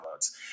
downloads